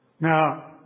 Now